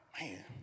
Man